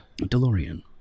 DeLorean